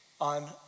on